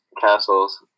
castles